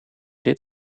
dit